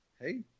Hey